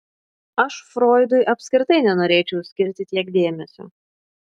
aš froidui apskritai nenorėčiau skirti tiek dėmesio